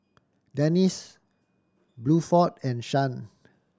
Dennis Bluford and Shan